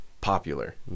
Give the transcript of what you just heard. popular